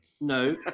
No